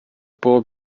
bob